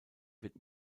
wird